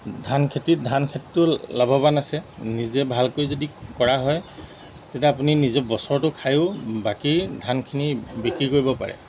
ধান খেতিত ধান খেতিটো লাভৱান আছে নিজে ভালকৈ যদি কৰা হয় তেতিয়া আপুনি নিজৰ বছৰটো খায়ো বাকী ধানখিনি বিক্ৰী কৰিব পাৰে